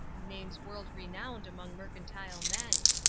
names world-renowned among mercantile men.